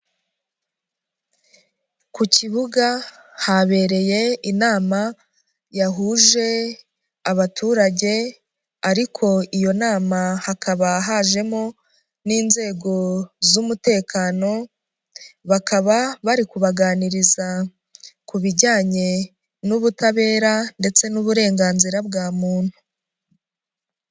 Ku kibuga habereye inama yahuje abaturage ariko iyo nama hakaba hajemo n'inzego z'umutekano bakaba bari kubaganiriza ku bijyanye n'ubutabera ndetse n'uburenganzira bwa muntu.